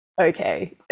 okay